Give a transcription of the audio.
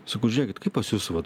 sakau žiūrėkit kaip pas jus vat